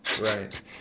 Right